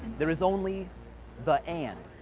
there is only the and.